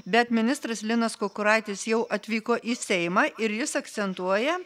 bet ministras linas kukuraitis jau atvyko į seimą ir jis akcentuoja